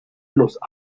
los